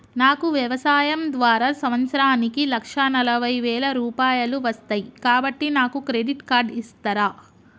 నాకు వ్యవసాయం ద్వారా సంవత్సరానికి లక్ష నలభై వేల రూపాయలు వస్తయ్, కాబట్టి నాకు క్రెడిట్ కార్డ్ ఇస్తరా?